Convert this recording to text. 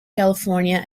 california